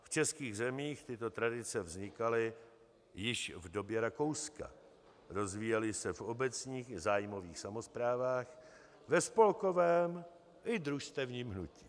V českých zemích tyto tradice vznikaly již v době Rakouska, rozvíjely se v obecních i zájmových samosprávách, ve spolkovém i družstevním hnutí.